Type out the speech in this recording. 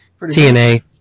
TNA